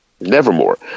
Nevermore